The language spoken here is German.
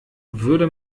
würde